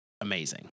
amazing